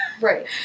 Right